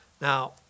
Now